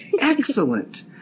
Excellent